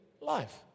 life